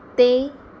ਤੇ